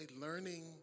learning